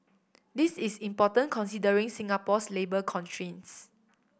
this is important considering Singapore's labour constraints